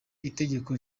itegeko